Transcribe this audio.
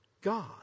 God